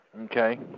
okay